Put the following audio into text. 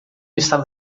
estava